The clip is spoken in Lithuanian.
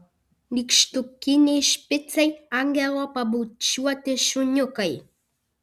nykštukiniai špicai angelo pabučiuoti šuniukai